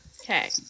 Okay